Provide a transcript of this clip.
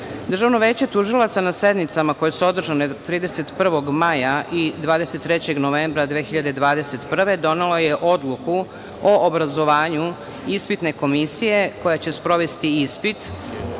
veće tužilaca na sednicama koje su održane 31. maja i 23. novembra 2021. godine, donelo je Odluku o obrazovanju ispitne komisije koja će sprovesti ispit,